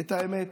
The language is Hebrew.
את האמת,